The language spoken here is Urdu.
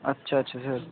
اچھا اچھا اچھا